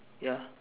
ya